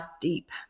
deep